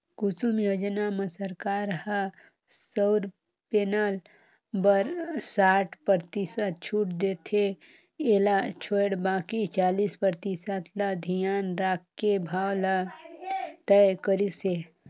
कुसुम योजना म सरकार ह सउर पेनल बर साठ परतिसत छूट देथे एला छोयड़ बाकि चालीस परतिसत ल धियान राखके भाव ल तय करिस हे